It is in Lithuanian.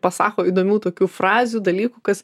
pasako įdomių tokių frazių dalykų kas